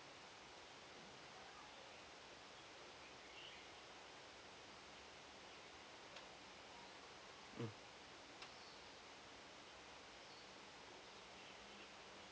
mm